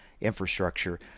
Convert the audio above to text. infrastructure